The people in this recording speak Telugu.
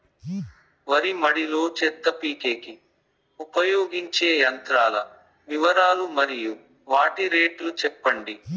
వరి మడి లో చెత్త పీకేకి ఉపయోగించే యంత్రాల వివరాలు మరియు వాటి రేట్లు చెప్పండి?